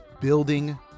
building